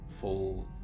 full